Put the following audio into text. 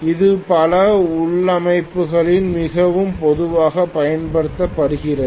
இது பல உள்ளமைவுகளில் மிகவும் பொதுவாகப் பயன்படுத்தப்படுகிறது